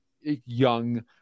young